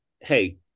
Hey